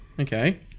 Okay